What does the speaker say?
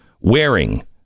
wearing